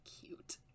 cute